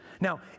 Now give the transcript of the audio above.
Now